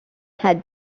had